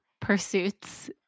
pursuits